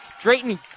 Drayton